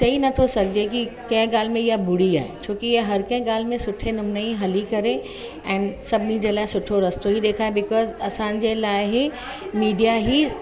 चई नथो सघे कि कंहिं ॻाल्हि में इहा बूरी आहे छोकि इहे हर कंहिं ॻाल्हि में सुठे नमूने ई हली करे ऐं सभिनिनि जे लाइ सुठो रस्तो ई ॾेखारे बिकॉज़ असांजे लाइ इहे मिडिया ई